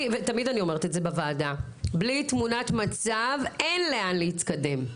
תמיד אני אומרת בוועדה בלי תמונת מצב אין לאן להתקדם.